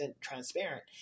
transparent